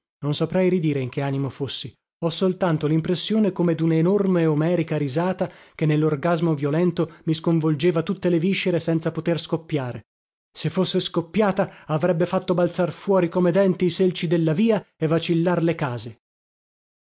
non saprei ridire in che animo fossi ho soltanto limpressione come duna enorme omerica risata che nellorgasmo violento mi sconvolgeva tutte le viscere senza poter scoppiare se fosse scoppiata avrebbe fatto balzar fuori come denti i selci della via e vacillar le case